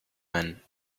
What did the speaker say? man